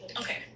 Okay